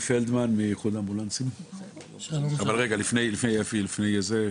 שלום רב, אני אוהד וייגלר מארגון עיתים.